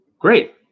Great